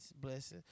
blessings